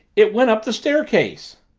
it went up the staircase!